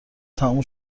تموم